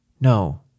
No